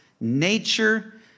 nature